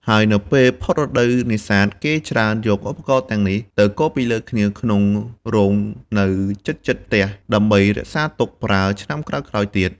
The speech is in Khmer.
ហើយនៅពេលផុតរដូវនេសាទ គេច្រើនយកឧបរណ៍ទាំងនេះ ទៅគរពីលើគ្នាក្នុងរោងនៅជិតៗផ្ទះ ដើម្បីរក្សាទុកប្រើឆ្នាំក្រោយៗទៀត។